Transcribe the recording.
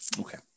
Okay